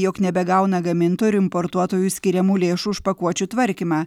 jog nebegauna gamintojų ir importuotojų skiriamų lėšų už pakuočių tvarkymą